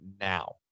now